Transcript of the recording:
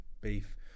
beef